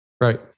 Right